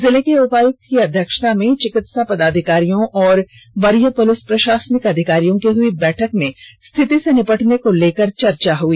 जिले के उपायुक्त की अध्यक्षता में चिकित्सा पदाधिकारियों और वरीय पुलिस प्रषासनिक अधिकारियों की हुई बैठक में रिथति से निपटने को लेकर चर्चा हुई